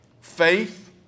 Faith